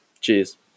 Cheers